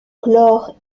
chlore